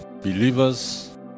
believers